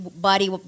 body